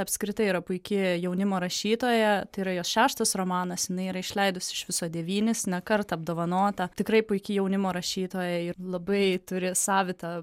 apskritai yra puiki jaunimo rašytoja tai yra jos šeštas romanas jinai yra išleidusi iš viso devynis ne kartą apdovanota tikrai puiki jaunimo rašytoja ir labai turi savitą